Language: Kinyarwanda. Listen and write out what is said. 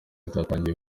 cyatangiye